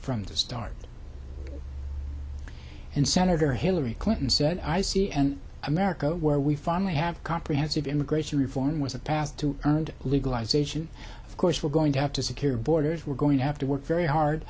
from the start and senator hillary clinton said i see an america where we finally have comprehensive immigration reform with a path to earned legalization of course we're going to have to secure borders we're going to have to work very hard